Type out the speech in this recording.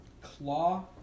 claw